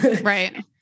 Right